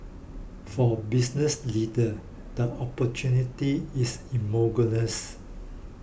for business leaders the opportunity is